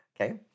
okay